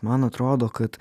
man atrodo kad